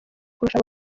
kurusha